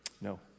No